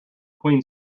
queen